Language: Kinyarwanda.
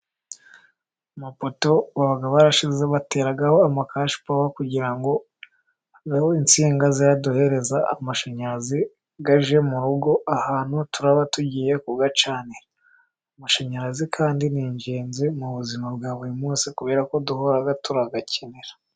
Amapoto baba barashyizeho bateraho amakashipawa, kugira ngo habeho insinga ziduhereza amashanyarazi, ajye mu rugo ahantu turaba tugiye kuyacanira, amashanyarazi kandi ni ingenzi mu buzima bwa buri munsi, kubera ko duhora turayakenera.